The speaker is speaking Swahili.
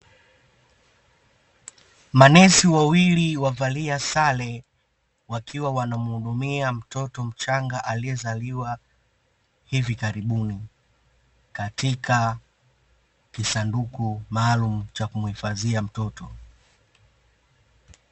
Manesi wawili wavalia sare wakiwa wanamuhudumia mtoto mchanga aliyezaliwa hivi karibuni, katika kisanduku maalumu cha kumuhifadhia mtoto.